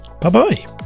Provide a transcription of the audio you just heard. bye-bye